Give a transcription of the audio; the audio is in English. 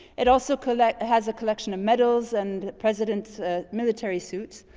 it also collects it has a collection of medals and president's military suits.